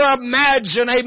imagine